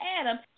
Adam